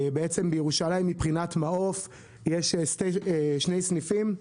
בעצם, מבחינת מעוף, בירושלים יש שני סניפים: